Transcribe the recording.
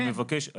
אני מבקש,